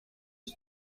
iki